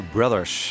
Brothers